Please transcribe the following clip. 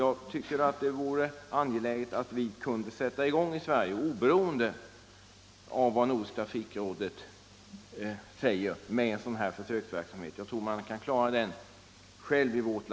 Därför tycker jag det vore värdefullt om vi här i Sverige, oberoende av vad Nordiskt trafiksäkerhetsråd säger, kunde sätta i gång med en sådan här försöksverksamhet. Jag tror att vi själva kan klara den här i landet.